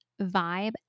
vibe